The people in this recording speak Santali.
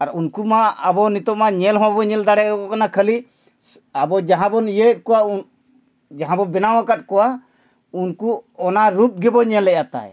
ᱟᱨ ᱩᱱᱠᱩᱢᱟ ᱟᱵᱚ ᱱᱤᱛᱳᱜᱢᱟ ᱧᱮᱞ ᱦᱚᱸᱵᱚᱱ ᱧᱮᱞ ᱫᱟᱲᱮᱭᱟᱠᱚ ᱠᱟᱱᱟ ᱠᱷᱟᱹᱞᱤ ᱟᱵᱚ ᱡᱟᱦᱟᱸ ᱵᱚᱱ ᱤᱭᱟᱹᱭᱮᱫ ᱠᱚᱣᱟ ᱡᱟᱦᱟᱸ ᱵᱚᱱ ᱵᱮᱱᱟᱣ ᱟᱠᱟᱫ ᱠᱚᱣᱟ ᱩᱱᱠᱩ ᱚᱱᱟ ᱨᱩᱯ ᱜᱮᱵᱚᱱ ᱧᱮᱞᱮᱜᱼᱟ ᱛᱟᱭ